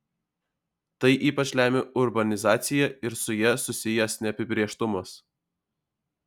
tai ypač lemia urbanizacija ir su ja susijęs neapibrėžtumas